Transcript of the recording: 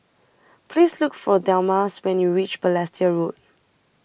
Please Look For Delmas when YOU REACH Balestier Road